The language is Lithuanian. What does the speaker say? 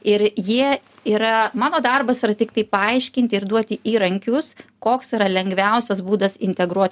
ir jie yra mano darbas yra tiktai paaiškinti ir duoti įrankius koks yra lengviausias būdas integruot